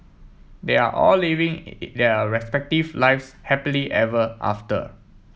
they are all living their respective lives happily ever after